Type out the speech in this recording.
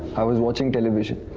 i was watching television.